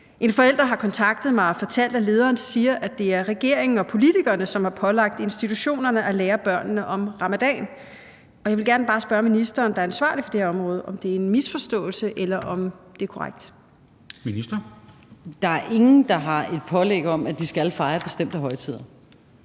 En forælder har kontaktet mig og fortalt, at lederen siger, at det er regeringen og politikerne, som har pålagt institutionerne at lære børnene om ramadan, og jeg vil bare gerne spørge ministeren, der er ansvarlig for det her område, om det er en misforståelse, eller om det er korrekt. Kl. 13:38 Formanden (Henrik Dam Kristensen): Ministeren.